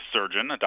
Surgeon